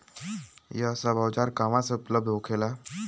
यह सब औजार कहवा से उपलब्ध होखेला?